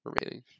Remaining